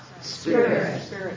Spirit